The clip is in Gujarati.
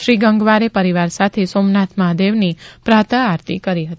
શ્રી ગંગવારે પરિવાર સાથે સોમનાથ મહાદેવની પ્રાતઃ આરતી કરી હતી